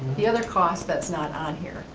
the other cost that's not on here,